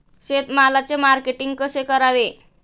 शेतमालाचे मार्केटिंग कसे करावे?